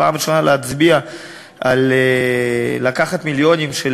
פעם ראשונה להצביע על לקחת מיליונים של